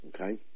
okay